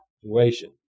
situation